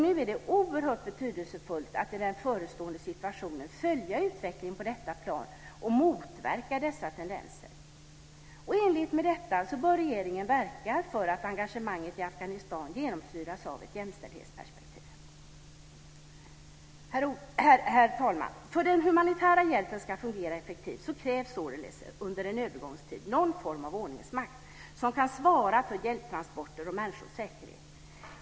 Nu är det oerhört betydelsefullt att i den förestående situationen följa utvecklingen på detta plan och motverka dessa tendenser. I enlighet med detta bör regeringen verka för att engagemanget i Afghanistan genomsyras av ett jämställdhetsperspektiv. Herr talman! För att den humanitära hjälpen ska fungera effektivt krävs således under en övergångstid någon form av ordningsmakt som kan svara för hjälptransporter och människors säkerhet.